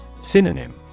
Synonym